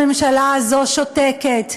הממשלה הזו שותקת,